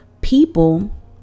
people